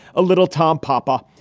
a little tom popper.